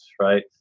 right